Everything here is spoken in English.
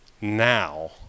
now